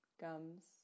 gums